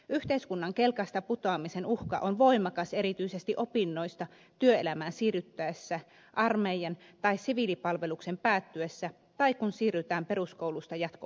yhteiskunnan kelkasta putoamisen uhka on voimakas erityisesti opinnoista työelämään siirryttäessä armeijan tai siviilipalveluksen päättyessä tai kun siirrytään peruskoulusta jatko opintoihin